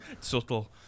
subtle